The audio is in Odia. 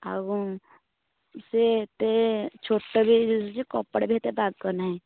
ଆଉ କ'ଣ ସେ ଟେ ଛୋଟ ବି କପଡ଼ା ବି ଏତେ ବାଗ ନାହିଁ